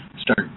start